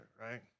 right